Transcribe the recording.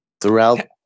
throughout